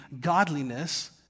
godliness